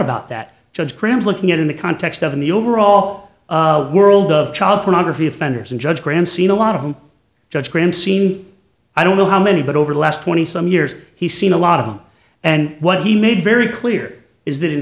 about that judge crams looking at in the context of the overall world of child pornography offenders and judge graham seen a lot of them judge grim scene i don't know how many but over the last twenty some years he's seen a lot of them and what he made very clear is that in